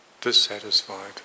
dissatisfied